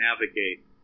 navigate